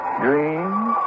dreams